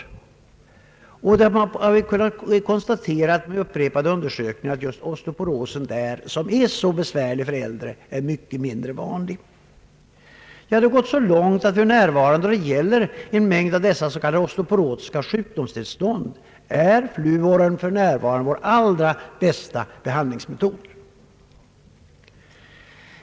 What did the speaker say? Det har vid upprepade undersökningar kunnat konstateras att osteoporosen som ofta är så besvärlig för äldre där är mycket mindre vanlig. Då det gäller en mängd av dessa osteoporotiska sjukdomstillstånd har fluoren visat sig vara vår allra bästa behandlingsmetod.